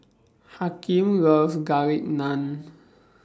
Hakeem loves Garlic Naan